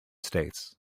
states